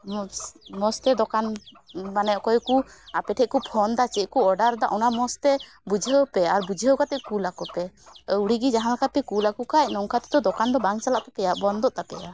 ᱢᱚᱡᱽ ᱢᱚᱡᱽ ᱛᱮ ᱫᱚᱠᱟᱱ ᱢᱟᱱᱮ ᱚᱠᱚᱭ ᱠᱩ ᱟᱯᱮ ᱴᱷᱮᱡ ᱠᱩ ᱯᱷᱳᱱ ᱮᱫᱟ ᱪᱮᱫ ᱠᱚ ᱚᱰᱟᱨ ᱮᱫᱟ ᱚᱱᱟ ᱢᱚᱡᱽ ᱛᱮ ᱵᱩᱡᱷᱟᱹᱣ ᱯᱮ ᱟᱨ ᱵᱩᱡᱷᱟᱹ ᱠᱟᱛᱮ ᱠᱩᱞᱟᱠᱚ ᱯᱮ ᱟᱹᱣᱲᱤ ᱜᱮ ᱡᱟᱦᱟᱸᱞᱮᱠᱟ ᱯᱮ ᱠᱩᱞᱟᱠᱚ ᱠᱷᱟᱡ ᱱᱚᱝᱠᱟ ᱛᱮᱫᱚ ᱫᱚᱠᱟᱱ ᱫᱚ ᱵᱟᱝ ᱪᱟᱞᱟᱜ ᱛᱟᱯᱮᱭᱟ ᱵᱚᱱᱫᱚᱜ ᱛᱟᱯᱮᱭᱟ